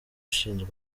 ushinzwe